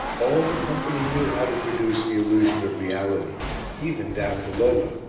all the company knew how to produce the illusion of reality even down to lola.